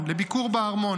לביקור בארמון.